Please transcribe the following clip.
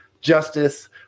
Justice